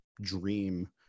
dream